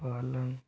पालन